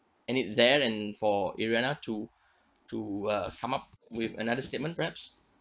and it there and for ariana to to uh come up with another statement perhaps